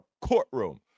courtroom